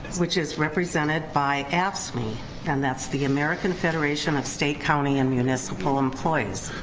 which is represented by afscme. and that's the american federation of sate, county and municipal employees.